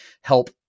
help